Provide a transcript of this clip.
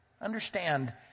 Understand